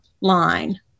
line